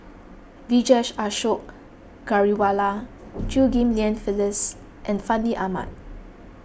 Vijesh Ashok Ghariwala Chew Ghim Lian Phyllis and Fandi Ahmad